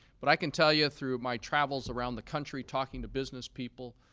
but i can tell you through my travels around the country talking to business people,